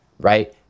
right